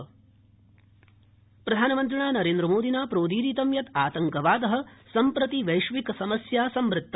प्रधानमन्त्री आतङ्कवाद प्रधानमन्त्रिणा नरेन्द्रमोदिना प्रोदीरितं यत् आतङ्कवाद सम्प्रति वैश्विकसमस्या संवृत्त